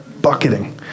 bucketing